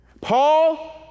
Paul